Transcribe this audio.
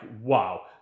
wow